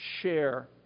share